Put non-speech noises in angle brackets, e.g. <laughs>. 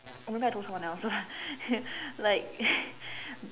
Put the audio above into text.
I remember I told someone else <laughs> like <laughs>